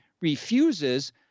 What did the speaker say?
refuses